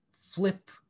flip